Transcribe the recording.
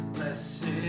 Blessed